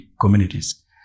communities